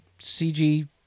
CG